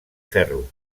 ferro